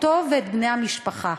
אותו ואת בני המשפחה.